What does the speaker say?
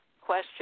question